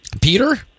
Peter